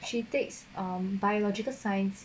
she takes uh biological science